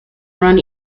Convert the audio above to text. run